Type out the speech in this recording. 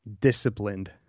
Disciplined